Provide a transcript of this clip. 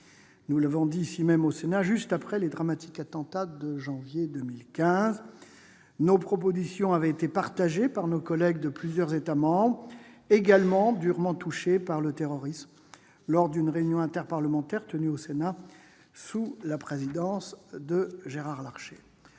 Nous l'avons rappelé ici même, juste après les dramatiques attentats de janvier 2015. Nos propositions avaient été partagées par nos collègues de plusieurs États membres, également durement touchés par le terrorisme, lors d'une réunion interparlementaire tenue au Sénat sous la présidence de Gérard Larcher.